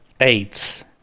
AIDS